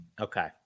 okay